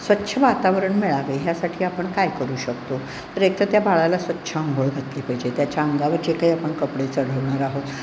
स्वच्छ वातावरण मिळावे ह्यासाठी आपण काय करू शकतो तर एकतर त्या बाळाला स्वच्छ अंघोळ घातली पाहिजे त्याच्या अंगावर जे काही आपण कपडे चढवणार आहोत